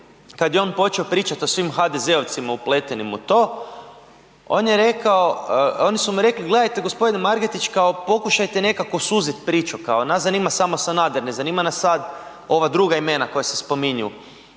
kad je on počeo pričati o svim HDZ-ovcima upletenim u to, on je rekao, oni su mu rekli gledajte gospodine Margeti pokušajte nekako suzit priču, nas zanima samo Sanader, ne zanima nas sad ova druga imena koja se spominju